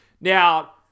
Now